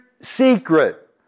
secret